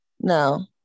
No